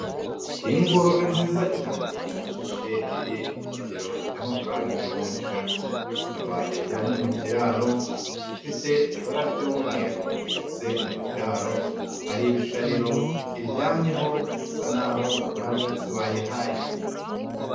Ingurube nziza cyane ishishe iri mu kigero cy'amafaranga ibihumbi ijana, ikaba iryamye mu kiraro, ifite ibara ry'umweru ndetse mu kiraro, hari ibishariro iryamyeho, bisa n'aho nta bwatsi bayihaye.